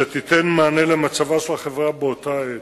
שתיתן מענה על מצבה של החברה באותה עת,